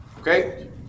Okay